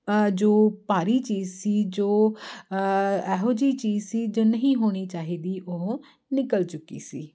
ਜੋ ਭਾਰੀ ਚੀਜ਼ ਸੀ ਜੋ ਇਹੋ ਜਿਹੀ ਚੀਜ਼ ਸੀ ਜੋ ਨਹੀਂ ਹੋਣੀ ਚਾਹੀਦੀ ਉਹ ਨਿਕਲ ਚੁੱਕੀ ਸੀ